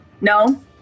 no